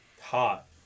Hot